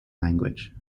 language